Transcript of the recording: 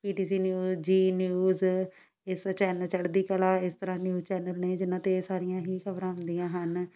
ਪੀ T C news Zee news ਅਤੇ ਇਸ channel Chardi Kala ਇਸ ਤਰ੍ਹਾਂ ਨਿਊਜ਼ ਚੈਨਲ ਨੇ ਜਿਨਾਂ 'ਤੇ ਸਾਰੀਆਂ ਹੀ ਖਬਰਾਂ ਹੁੰਦੀਆਂ ਹਨ